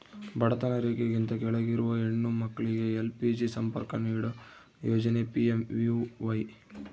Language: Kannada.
ಬಡತನ ರೇಖೆಗಿಂತ ಕೆಳಗಿರುವ ಹೆಣ್ಣು ಮಕ್ಳಿಗೆ ಎಲ್.ಪಿ.ಜಿ ಸಂಪರ್ಕ ನೀಡೋ ಯೋಜನೆ ಪಿ.ಎಂ.ಯು.ವೈ